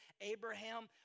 Abraham